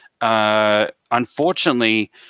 Unfortunately